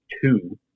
two